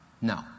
No